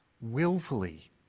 willfully